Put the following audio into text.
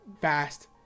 fast